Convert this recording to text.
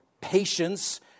patience